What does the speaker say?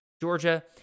Georgia